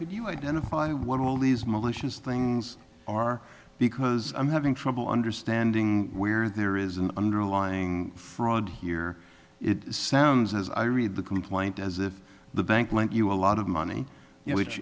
could you identify what all these militias things are because i'm having trouble understanding where there is an underlying fraud here it sounds as i read the complaint as if the bank lent you a lot of money